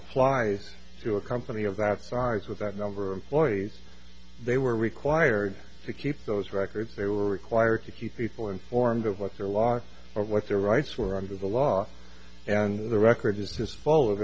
applies to a company of that size with that number of boys they were required to keep those records they were required to keep people informed of what their lot of what their rights were under the law and the record just